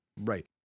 Right